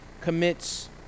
commits